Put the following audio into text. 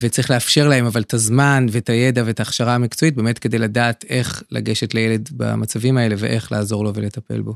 וצריך לאפשר להם אבל את הזמן ואת הידע ואת ההכשרה המקצועית, באמת כדי לדעת איך לגשת לילד במצבים האלה ואיך לעזור לו ולטפל בו.